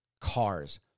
cars